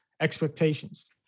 expectations